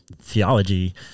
theology